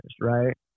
right